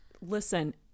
Listen